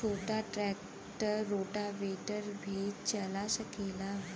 छोटा tractor rotavator भी चला सकेला?